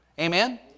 Amen